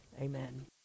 amen